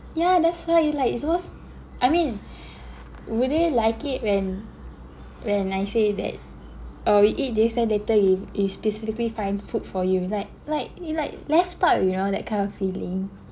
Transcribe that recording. yeah that's why it's like it's worse I mean would they like it when when I say that oh we eat this one later we we specifically find food for you like like you like left out you know that kind of feeling